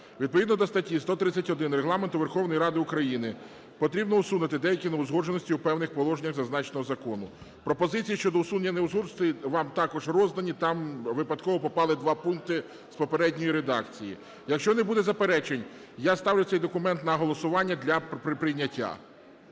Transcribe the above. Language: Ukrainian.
Відповідно до статті 131 Регламенту Верховної Ради України потрібно усунути деякі неузгодженості у певних положеннях зазначеного закону. Пропозиції щодо усунення неузгодженостей вам також роздані, там випадково попали два пункти з попередньої редакції. Якщо не буде заперечень, я ставлю цей документ на голосування, для прийняття.